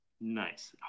Nice